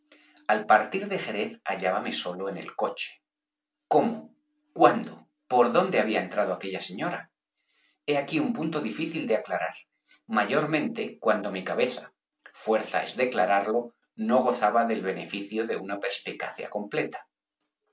al partir de jerez hallábame solo en el coche cómo cuándo por dónde había entrado aquella señora he aquí un punto difícil de aclarar mayormente cuando mi cabeza fuerza es declararlo no gozaba del beneficio de una perspicacia completa